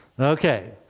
Okay